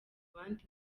bandi